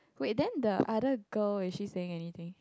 wait then the other girl is she saying anything